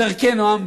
בדרכי נועם,